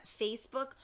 Facebook